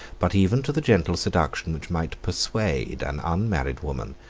but even to the gentle seduction which might persuade, an unmarried woman,